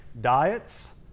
diets